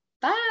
Bye